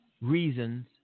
reasons